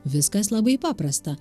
viskas labai paprasta